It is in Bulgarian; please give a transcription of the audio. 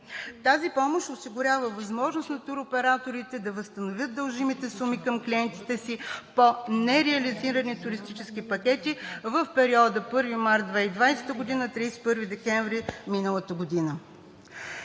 Тази помощ осигурява възможност на туроператорите да възстановят дължимите суми към клиентите си по нереализирани туристически пакети в период 1 март 2020 г. – 31 декември миналата година.